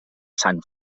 sant